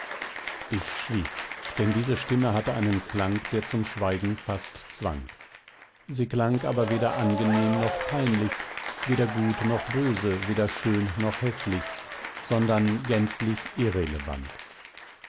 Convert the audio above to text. ich schwieg denn diese stimme hatte einen klang der zum schweigen fast zwang sie klang aber weder angenehm noch peinlich weder gut noch böse weder schön noch häßlich sondern gänzlich irrelevant